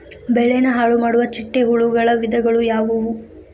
ಬೆಳೆನ ಹಾಳುಮಾಡುವ ಚಿಟ್ಟೆ ಹುಳುಗಳ ವಿಧಗಳು ಯಾವವು?